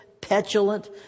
petulant